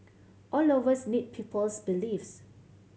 all of us need people's beliefs